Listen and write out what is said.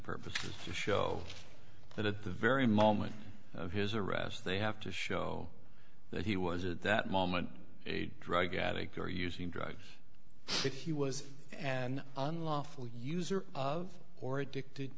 purposes to show that at the very moment of his arrest they have to show that he was at that moment a drug addict or using drugs that he was an unlawful user of or addicted